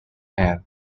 and